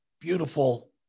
beautiful